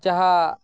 ᱡᱟᱦᱟᱸ